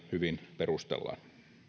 hyvin perustellaan